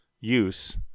use